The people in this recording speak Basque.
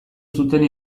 zuten